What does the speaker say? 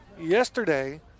yesterday